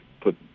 put